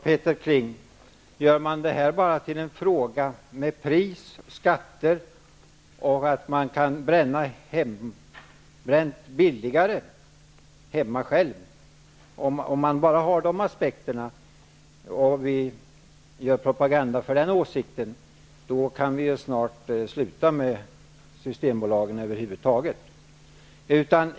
Herr talman! Gör man det här bara till en fråga om pris och skatter, och om att man kan få sprit billigare om man bränner hemma själv -- då kan vi snart sluta med Systembolaget över huvud taget.